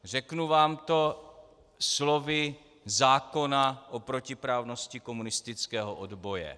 Řeknu vám to slovy zákona o protiprávnosti komunistického odboje.